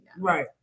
Right